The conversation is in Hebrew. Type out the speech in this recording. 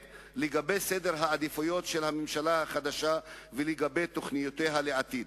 על סדר העדיפויות של הממשלה החדשה ולגבי תוכניותיה לעתיד.